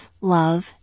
love